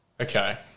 Okay